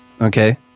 Okay